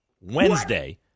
Wednesday